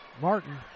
Martin